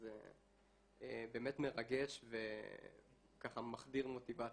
וזה באמת מרגש ומחדיר מוטיבציה.